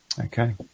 Okay